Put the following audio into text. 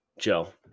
Joe